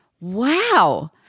Wow